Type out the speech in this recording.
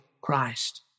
Christ